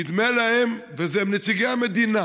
נדמה להם, ואלה נציגי המדינה